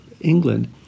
England